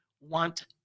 want